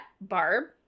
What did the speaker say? barb